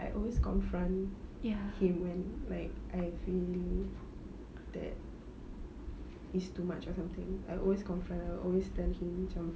I always confront him when like I feel that it's too much or something I always confront and I always tell him macam